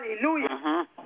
Hallelujah